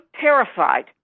terrified